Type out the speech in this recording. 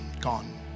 gone